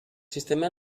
sistema